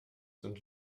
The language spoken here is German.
sind